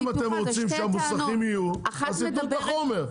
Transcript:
אם אתם רוצים שהמוסכים יהיו, אז יתנו את החומר.